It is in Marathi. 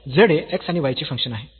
तर z हे x आणि y चे फंक्शन आहे